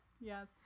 yes